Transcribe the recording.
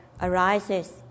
arises